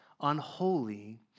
unholy